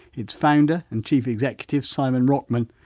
its founder and chief executive, simon rockman,